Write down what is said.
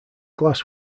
glass